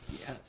Yes